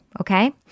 Okay